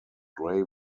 grey